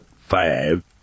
five